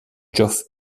geoff